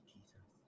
Jesus